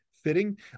fitting